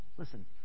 Listen